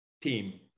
team